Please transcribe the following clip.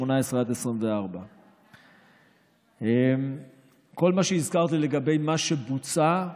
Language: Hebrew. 18 24. כל מה שהזכרתי לגבי מה שבוצע,